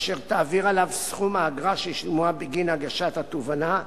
אשר תעביר אליו סכום האגרה ששולמה בגין הגשת התובענה,